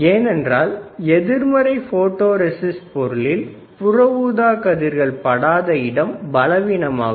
ஏனென்றால் எதிர்மறை photo resist பொருளில் புற ஊதாக்கதிர்கள் படாத இடம் பலவீனமாகும்